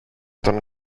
τον